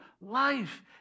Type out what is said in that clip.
life